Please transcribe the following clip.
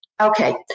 okay